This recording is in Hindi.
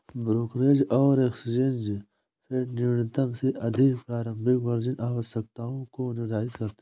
ब्रोकरेज और एक्सचेंज फेडन्यूनतम से अधिक प्रारंभिक मार्जिन आवश्यकताओं को निर्धारित करते हैं